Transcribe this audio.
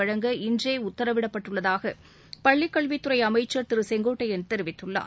வழங்க இன்றே உத்தரவிடப்பட்டுள்ளதாக பள்ளிக்கல்வித்துறை அமைச்சர் திரு செங்கோட்டையன் தெரிவித்துள்ளார்